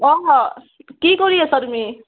অ' কি কৰি আছা তুমি